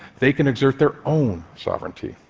they can exert their own sovereignty.